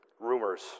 rumors